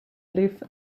live